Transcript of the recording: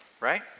right